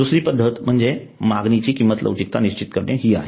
दुसरी पद्धत म्हणजे मागणीची किंमत लवचिकता निश्चित करणे ही आहे